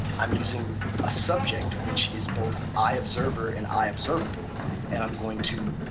i'm using a subject which is both i observer and i observable and i'm going to